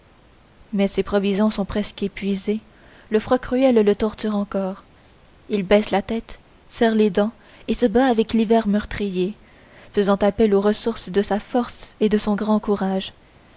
mais ses provisions sont presque épuisées le froid cruel le torture encore il baisse la tête serre les dents et se bat avec l'hiver meurtrier faisant appel aux ressources de sa force et de son grand courage